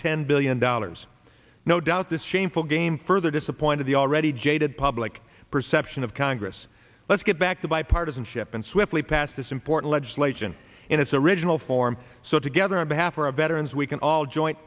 ten billion dollars no doubt this shameful game further disappointed the already jaded public perception of congress let's get back to bipartisanship and swiftly pass this important legislation in its original form so together on behalf of veterans we can all join